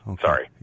Sorry